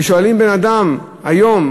כששואלים בן-אדם היום,